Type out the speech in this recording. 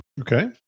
okay